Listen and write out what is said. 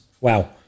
Wow